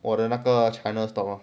我的那个 china stock lor